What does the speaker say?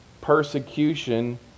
persecution